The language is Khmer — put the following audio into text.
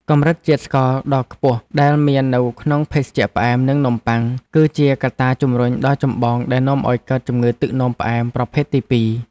កម្រិតជាតិស្ករដ៏ខ្ពស់ដែលមាននៅក្នុងភេសជ្ជៈផ្អែម និងនំបុ័ង គឺជាកត្តាជម្រុញដ៏ចម្បងដែលនាំឲ្យកើតជំងឺទឹកនោមផ្អែមប្រភេទទីពីរ។